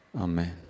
Amen